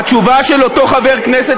והתשובה של אותו חבר כנסת